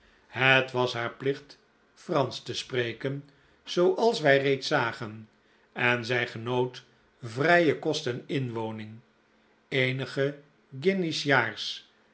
het was haar plicht fransch te spreken zooals wij reeds zagen en zij genoot vrije kost en inwoning eenige guinjes s jaars